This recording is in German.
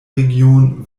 region